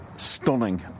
Stunning